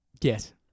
yes